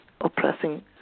oppressing